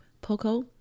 Poco